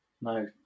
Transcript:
no